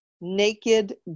Naked